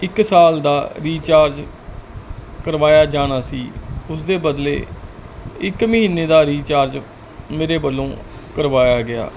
ਇਕ ਸਾਲ ਦਾ ਰੀਚਾਰਜ ਕਰਵਾਇਆ ਜਾਣਾ ਸੀ ਉਸ ਦੇ ਬਦਲੇ ਇੱਕ ਮਹੀਨੇ ਦਾ ਰੀਚਾਰਜ ਮੇਰੇ ਵੱਲੋਂ ਕਰਵਾਇਆ ਗਿਆ